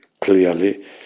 clearly